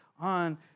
on